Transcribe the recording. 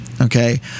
okay